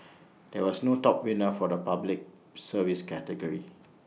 there was no top winner for the Public Service category